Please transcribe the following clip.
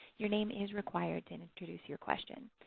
your name is required to and introduce your question.